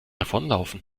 davonlaufen